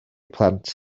plant